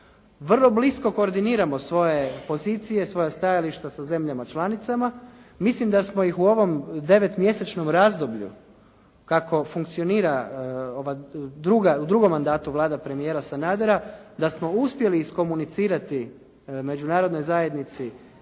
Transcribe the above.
Vrlo blisko koordiniramo svoje pozicije, svoja stajališta sa zemljama članicama. Mislim da smo ih u ovom 9-mjesečnom razdoblju kako funkcionira u drugom mandatu Vlada premijera Sanadera, da smo uspjeli iskomunicirati Međunarodnoj zajednici